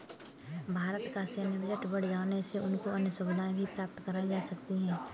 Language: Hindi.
भारत का सैन्य बजट बढ़ जाने से उनको अन्य सुविधाएं भी प्राप्त कराई जा सकती हैं